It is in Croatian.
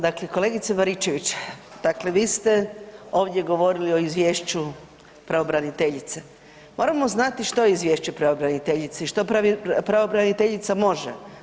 Dakle, kolegice Baričević vi ste ovdje govorili o izvješću pravobraniteljice, moramo znati što je izvješće pravobraniteljice i što pravobraniteljica može.